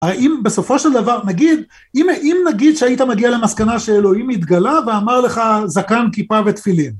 האם בסופו של דבר, נגיד, אם נגיד שהיית מגיע למסקנה שאלוהים התגלה ואמר לך זקן, כיפה ותפילים.